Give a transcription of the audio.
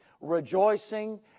Rejoicing